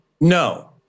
No